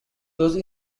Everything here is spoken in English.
those